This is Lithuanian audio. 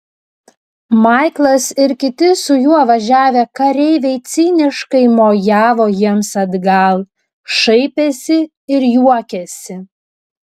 maiklas ir kiti su juo važiavę kareiviai ciniškai mojavo jiems atgal šaipėsi ir juokėsi